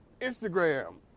Instagram